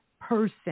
person